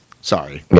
sorry